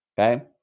okay